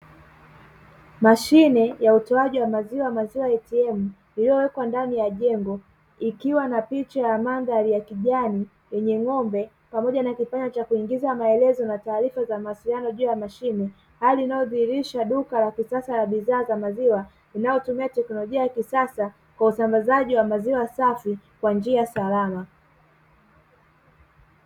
Mashine ya utoaji wa maziwa, maziwa ATM, iliyowekwa ndani ya jengo, ikiwa na picha ya mandhari ya kijani yenye ng'ombe pamoja na kifaa cha kuingiza maelezo na taarifa za mawasiliano juu ya mashine. Hali inayodhihirisha duka la kisasa la bidhaa za maziwa, linalotumia teknolojia ya kisasa, kwa usambazaji wa maziwa safi kwa njia salama.